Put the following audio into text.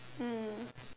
mm